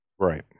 Right